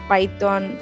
Python